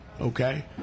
okay